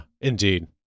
indeed